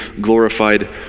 glorified